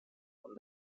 von